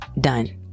Done